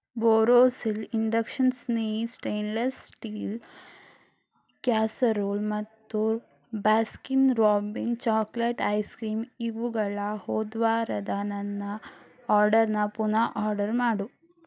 Borosil induction ಸ್ನೇಹಿ stainless steel casserole ಮತ್ತು Baskin Robbin chocolate ice cream ಇವುಗಳ ಹೋದ ವಾರದ ನನ್ನ ಆರ್ಡರನ್ನ ಪುನಃ ಆರ್ಡರ್ ಮಾಡು